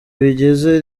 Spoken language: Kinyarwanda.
bigeze